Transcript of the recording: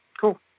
Cool